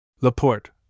Laporte